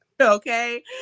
Okay